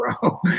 bro